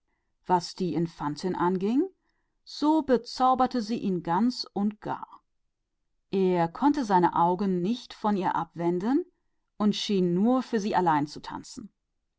und die infantin bezauberte ihn vollends er konnte die augen nicht von ihr wenden und schien nur für sie zu tanzen